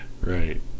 right